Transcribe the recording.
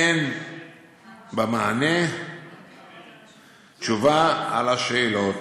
אין במענה תשובה על השאלות.